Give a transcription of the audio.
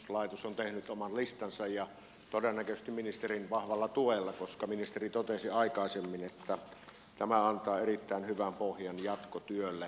rikosseuraamuslaitos on tehnyt oman listansa ja todennäköisesti ministerin vahvalla tuella koska ministeri totesi aikaisemmin että tämä antaa erittäin hyvän pohjan jatkotyölle